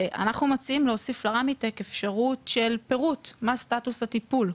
אנחנו מציעים להוסיף לרמיטק אפשרות של פירוט מה סטטוס הטיפול,